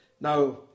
Now